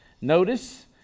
notice